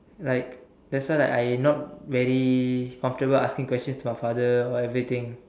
like that's why like I not very comfortable asking questions to father or everything